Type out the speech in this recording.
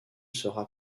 sera